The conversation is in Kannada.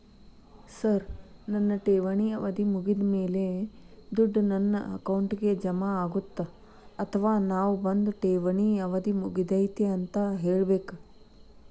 ಸರ್ ನನ್ನ ಠೇವಣಿ ಅವಧಿ ಮುಗಿದಮೇಲೆ, ದುಡ್ಡು ನನ್ನ ಅಕೌಂಟ್ಗೆ ಜಮಾ ಆಗುತ್ತ ಅಥವಾ ನಾವ್ ಬಂದು ಠೇವಣಿ ಅವಧಿ ಮುಗದೈತಿ ಅಂತ ಹೇಳಬೇಕ?